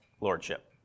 lordship